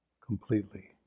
completely